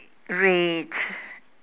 rage